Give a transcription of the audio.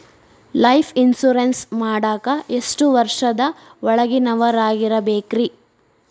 Life insurance ಮಾಡಾಕ ಎಷ್ಟು ವರ್ಷದ ಒಳಗಿನವರಾಗಿರಬೇಕ್ರಿ?